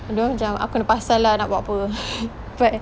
dorang macam aku punya pasal nak buat apa but